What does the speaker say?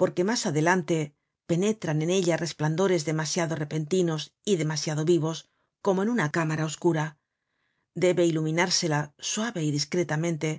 porque mas adelante penetran en ella resplandores demasiado repentinos y demasiado vivos como en una cámara oscura debe iluminársela suave y discretamente